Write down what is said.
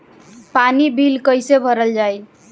पानी बिल कइसे भरल जाई?